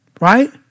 Right